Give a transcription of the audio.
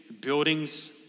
buildings